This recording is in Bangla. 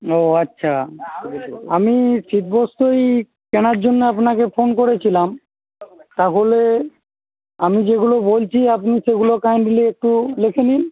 ও আচ্ছা আমি শীত বস্ত্র ওই কেনার জন্য আপনাকে ফোন করেছিলাম তাহলে আমি যেগুলো বলছি আপনি সেগুলো কাইন্ডলি একটু লিখে নিন